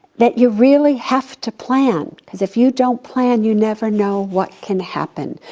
that you really have to plan. cause if you don't plan you never know what can happen.